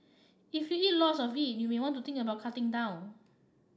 if you eat lots of it you may want to think about cutting down